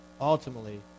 Ultimately